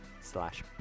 slash